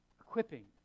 equipping